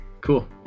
Cool